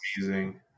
amazing